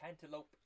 cantaloupe